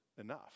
enough